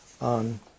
on